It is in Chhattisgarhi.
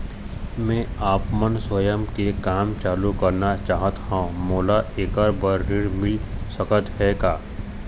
मैं आपमन स्वयं के काम चालू करना चाहत हाव, मोला ऐकर बर ऋण मिल सकत हे का?